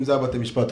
אם אלה בתי המשפט.